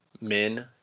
men